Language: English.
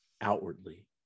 outwardly